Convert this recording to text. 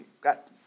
got